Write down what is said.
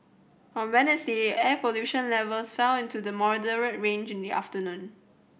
on Wednesday air pollution levels fell into the moderate range in the afternoon